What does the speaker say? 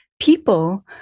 people